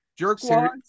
Jerkwads